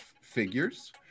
figures